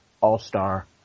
all-star